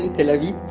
tel aviv